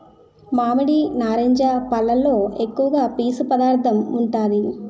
మామిడి, నారింజ పల్లులో ఎక్కువ పీసు పదార్థం ఉంటాది